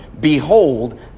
behold